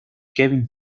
kevin